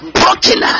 broken